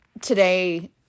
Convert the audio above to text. today –